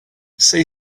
say